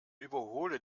überhole